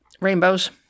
Rainbows